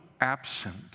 absent